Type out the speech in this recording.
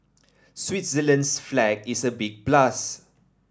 Switzerland's flag is a big plus